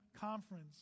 conference